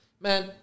Man